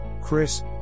Chris